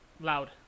Loud